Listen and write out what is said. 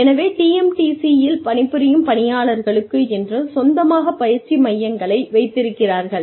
எனவே TMTC இல் பணிபுரியும் பணியாளர்களுக்கு என்று சொந்தமாக பயிற்சி மையங்களை வைத்திருக்கிறார்கள்